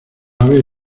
aves